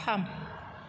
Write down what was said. थाम